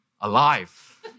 alive